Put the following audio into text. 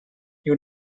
you